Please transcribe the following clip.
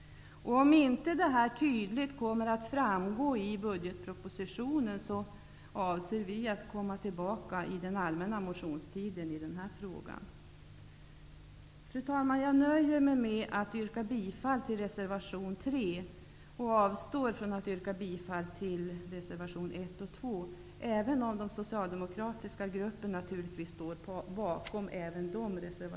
Om inte detta tydligt framgår i den kommande budgetpropositionen, avser vi att komma tillbaka i denna fråga under den allmänna motionstiden. Fru talman! Med detta nöjer jag mig med att yrka bifall till reservation 3 och avstår från att yrka bifall till reservationerna 1 och 2, även om den socialdemokratiska gruppen naturligtvis står bakom även dessa.